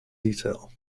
detail